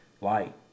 light